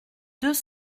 deux